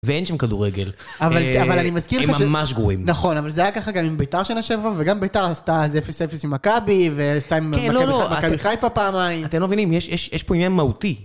ואין שם כדורגל. אבל אני מזכיר לך ש... הם ממש גרועים. נכון, אבל זה היה ככה גם עם ביתר שנה שעברה, וגם ביתר עשתה איזה אפס אפס עם מכבי, ועשתה עם... כן, לא, לא, עשתה עם מכבי חיפה פעמיים. אתם לא מבינים, יש פה עניין מהותי.